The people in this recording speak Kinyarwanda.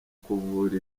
kuvura